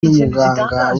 n’umuganga